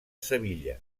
sevilla